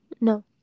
No